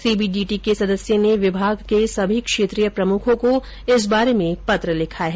CBDT के सदस्य ने विभाग के सभी क्षेत्रीय प्रमुखों को इस बारे में पत्र लिखा है